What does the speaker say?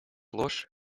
ложь